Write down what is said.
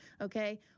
okay